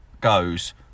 goes